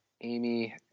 Amy